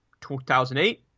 2008